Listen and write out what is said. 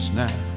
now